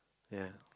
ya